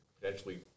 potentially